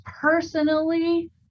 personally